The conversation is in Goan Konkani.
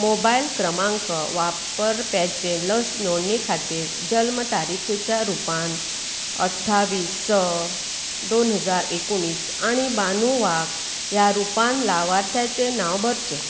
मोबायल क्रमांक वापरप्याचे लस नोंदणी खातीर जल्म तारीखेच्या रुपान अठ्ठावीस स दोन हजार एकुणीस आनी बानू वाघ ह्या रुपान लावार्थ्याचें नांव भरचें